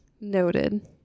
Noted